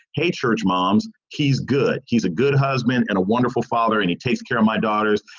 hey, church moms, he's good. he's a good husband and a wonderful father. and he takes care of my daughters.